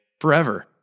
forever